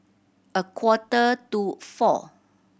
a quarter to four